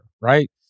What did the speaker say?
right